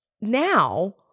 Now